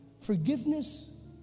forgiveness